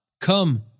come